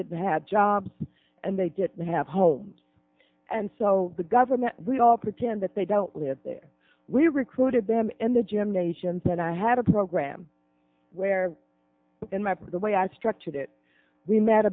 didn't have jobs and they didn't have homes and so the government we all pretend that they don't live there we recruited them in the gym nations and i had a program where in my book the way i structured it we m